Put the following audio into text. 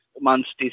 months